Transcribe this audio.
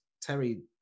terry